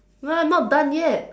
no lah not done yet